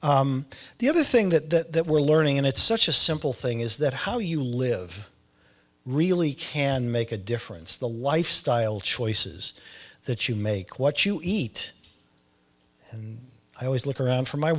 the other thing that we're learning and it's such a simple thing is that how you live really can make a difference the lifestyle choices that you make what you eat and i always look around for my